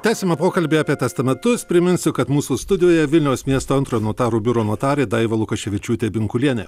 tęsiame pokalbį apie testamentus priminsiu kad mūsų studijoje vilniaus miesto antrojo notarų biuro notarė daiva lukaševičiūtė binkulienė